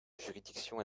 juridiction